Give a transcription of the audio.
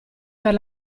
per